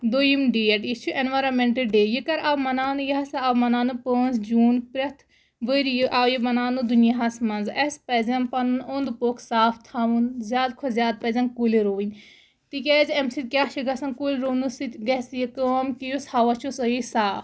دوٚیُم ڈیٹ یہِ چھُ اینوارَمینٛٹ ڈے یہِ کَر آو مَناونہٕ یہِ ہَسا آو مَناونہٕ پانٛژھ جوٗن پرٛٮ۪تھ ؤرۍ یہِ آو یہِ مَناونہٕ دُیاہَس منٛز اَسہِ پَزٮ۪ن پَنُن اوٚنٛد پوٚکھ صاف تھَوُن زیادٕ کھۄتہٕ زیادٕ پَزٮ۪ن کُلۍ رُوٕنۍ تِکیٛازِ اَمہِ سۭتۍ کیٛاہ چھِ گژھان کُلۍ رُونہٕ سۭتۍ گژھِ یہِ کٲم کہِ یُس ہوا چھُ سُہ یی صاف